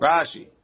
Rashi